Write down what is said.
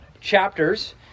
chapters